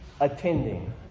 attending